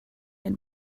had